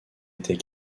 était